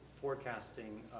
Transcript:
forecasting